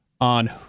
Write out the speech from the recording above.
on